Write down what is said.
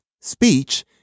speech